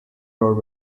road